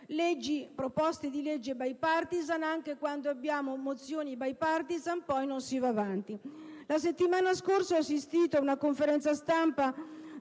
proposte di leggi *bipartisan*, anche quando abbiamo mozioni *bipartisan*, poi però non si va avanti. La settimana scorsa ho assistito ad una conferenza stampa